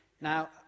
Now